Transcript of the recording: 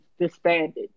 disbanded